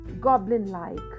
goblin-like